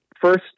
First